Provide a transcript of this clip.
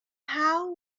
how